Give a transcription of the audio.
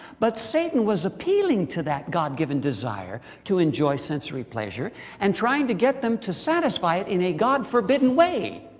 but satan was appealing to that god-given desire, to enjoy sensory pleasure and trying to get them to satisfy it in a god-forbidden way.